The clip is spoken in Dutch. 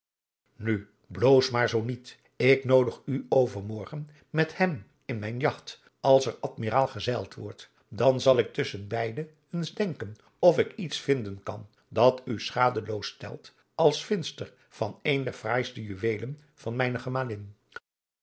nu bloos maar zoo niet ik noodig u overmorgen met hem in mijn jagt als er admiraal gezeild wordt dan zal ik tusschen beide eens denken of ik adriaan loosjes pzn het leven van johannes wouter blommesteyn îets vinden kan dat u schadeloos stelt als vindster van een der sraaiste juweelen van mijne